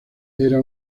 era